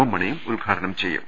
M മണിയും ഉദ്ഘാടനം ചെയ്യും